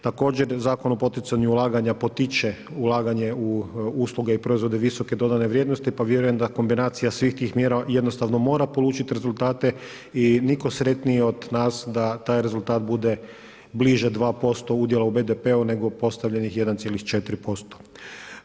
Također Zakon o poticanju ulaganja potiče ulaganje u usluge i proizvode visoke dodane vrijednosti pa vjerujem da kombinacija svih tim mjera jednostavno mora polučiti rezultate i nitko sretniji od nas da taj rezultat bude bliže 2% udjela u BDP-u nego postavljenih 1,4%